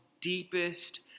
deepest